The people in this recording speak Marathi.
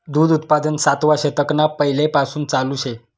दूध उत्पादन सातवा शतकना पैलेपासून चालू शे